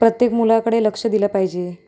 प्रत्येक मुलाकडे लक्ष दिलं पाहिजे